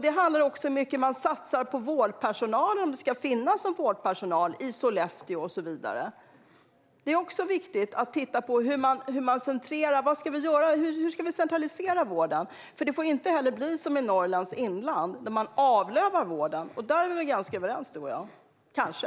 Det handlar mycket om hur man satsar på vårdpersonalen och om det ska finnas någon vårdpersonal i Sollefteå och så vidare. Det är också viktigt att titta på centraliseringen. Vad ska vi göra, och hur ska vi centralisera vården? Det får inte bli som i Norrlands inland, där man avlövar vården. Om detta är vi ganska överens, du och jag - kanske.